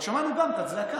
אבל שמענו גם את הזעקה.